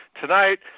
tonight